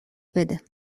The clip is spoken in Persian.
بده